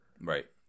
Right